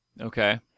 Okay